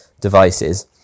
devices